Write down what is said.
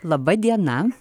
laba diena